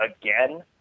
again